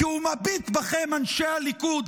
כי הוא מביט בכם אנשי הליכוד,